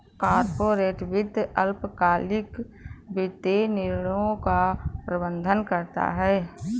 corporate वित्त अल्पकालिक वित्तीय निर्णयों का प्रबंधन करता है